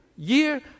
year